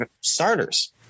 starters